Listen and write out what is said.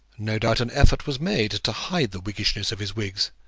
no doubt an effort was made to hide the wiggishness of his wigs,